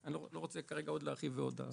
אני לא רוצה להרחיב עוד פעם ועוד פעם.